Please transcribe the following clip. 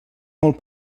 molt